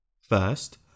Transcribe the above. First